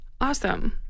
Awesome